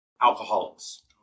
alcoholics